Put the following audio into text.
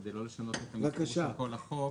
כדי לא לשנות את המספור של כל החוק.